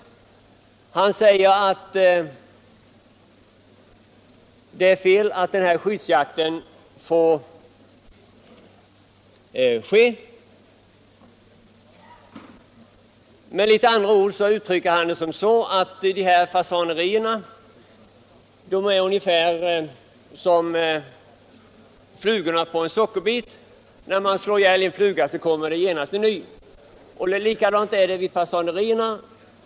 Han säger att det är fel att skyddsjakt får ske. Man kan göra en liknelse med flugorna på en sockerbit. När man slår ihjäl en fluga kommer det genast en ny. Likadant är det vid fasanerierna.